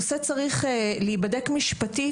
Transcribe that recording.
תודה רבה, היושבת-ראש.